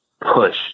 push